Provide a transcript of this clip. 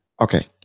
okay